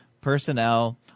personnel